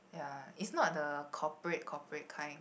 ya it's not the corporate corporate kind